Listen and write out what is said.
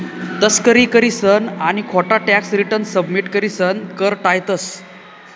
तस्करी करीसन आणि खोटा टॅक्स रिटर्न सबमिट करीसन कर टायतंस